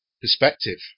perspective